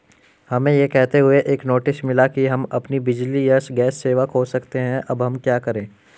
हमें यह कहते हुए एक नोटिस मिला कि हम अपनी बिजली या गैस सेवा खो सकते हैं अब हम क्या करें?